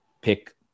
pick